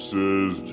Says